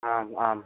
आम् आम्